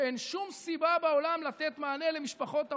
ואין שום סיבה בעולם לתת מענה למשפחות הרוצחים.